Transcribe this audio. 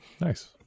Nice